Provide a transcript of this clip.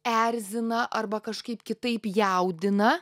erzina arba kažkaip kitaip jaudina